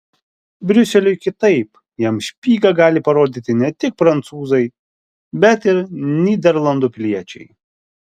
briuseliui kitaip jam špygą gali parodyti ne tik prancūzai bet ir nyderlandų piliečiai